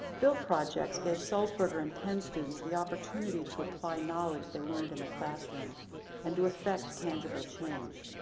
build projects gave salzburger and penn students the opportunity to apply knowledge they learned in the classroom and to affect tangible change.